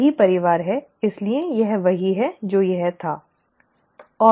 यह वही परिवार है इसलिए यह वही है जो यह था सही